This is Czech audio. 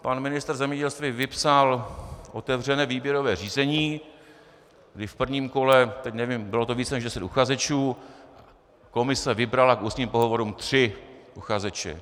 Pan ministr zemědělství vypsal otevřené výběrové řízení, kdy v prvním kole, teď nevím, bylo to více než deset uchazečů, komise vybrala k ústním pohovorům tři uchazeče.